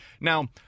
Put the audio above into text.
Now